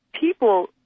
people